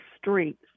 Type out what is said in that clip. streets